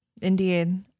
Indeed